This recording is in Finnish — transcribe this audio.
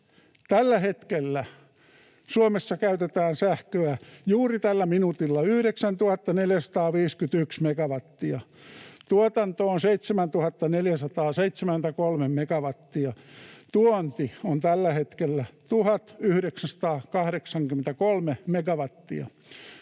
Tällä hetkellä Suomessa käytetään sähköä juuri tällä minuutilla 9 451 megawattia. Tuotanto on 7 473 megawattia. Tuonti on tällä hetkellä 1 983 megawattia.